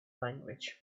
language